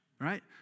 right